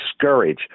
discourage